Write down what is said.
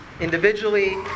individually